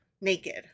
naked